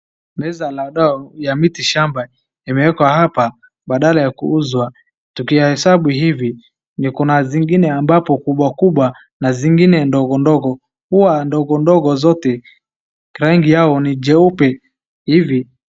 Meza la dawa ya miti shamba. Imeekwa hapa badala ya kuuzwa. Tukihesabu hivi kuna zingine ambapo kubwa kubwa na zingine ndogo ndogo. Huwa ndogo ndogo zote rangi yao ni jeupe hivi.